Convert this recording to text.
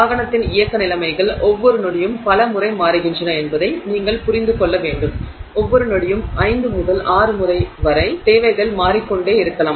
வாகனத்தின் இயக்க நிலைமைகள் ஒவ்வொரு நொடியும் பல முறை மாறுகின்றன என்பதை நீங்கள் புரிந்து கொள்ள வேண்டும் ஒவ்வொரு நொடியும் 5 முதல் 6 முறை வரை தேவைகள் மாறிக்கொண்டே இருக்கலாம்